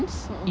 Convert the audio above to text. mmhmm